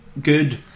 good